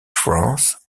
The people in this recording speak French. france